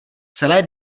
celé